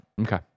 Okay